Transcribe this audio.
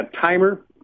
timer